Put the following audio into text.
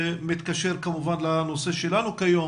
זה כמובן מתקשר לנושא של הדיון היום,